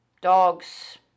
dogs